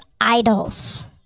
idols